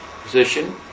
position